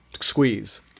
Squeeze